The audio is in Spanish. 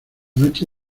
noche